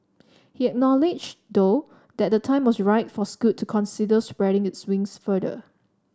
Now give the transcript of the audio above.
he acknowledged though that the time was right for Scoot to consider spreading its wings further